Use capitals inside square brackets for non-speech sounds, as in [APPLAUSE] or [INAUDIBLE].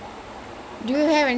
[LAUGHS]